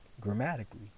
grammatically